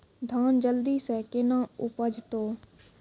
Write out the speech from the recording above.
धान जल्दी से के ना उपज तो?